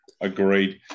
Agreed